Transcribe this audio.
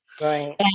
Right